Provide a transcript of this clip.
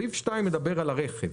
סעיף 2 מדבר על הרכב,